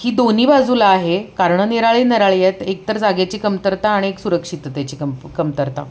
ही दोन्ही बाजूला आहे कारणं निराळी निराळी आहेत एक तर जागेची कमतरता आणि एक सुरक्षितेची कम कमतरता